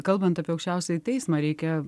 kalbant apie aukščiausiąjį teismą reikia